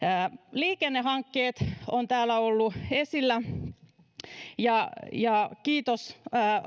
liikennehankkeet ovat täällä olleet esillä kiitos